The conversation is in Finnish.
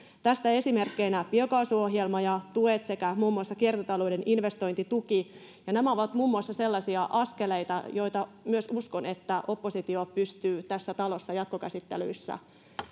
tästä esimerkkeinä biokaasuohjelma ja tuet sekä muun muassa kiertotalouden investointituki nämä ovat muun muassa sellaisia askeleita joita uskon että myös oppositio pystyy tässä talossa jatkokäsittelyissä